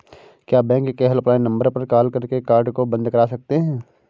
क्या बैंक के helpline number पर कॉल करके कार्ड को बंद करा सकते हैं?